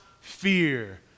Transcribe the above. fear